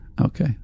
Okay